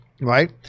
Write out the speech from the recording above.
right